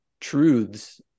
truths